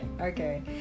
Okay